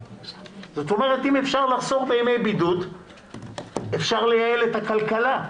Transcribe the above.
זאת אומרת אם אפשר לחסוך בימי בידוד אפשר לייעל את הכלכלה.